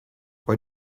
what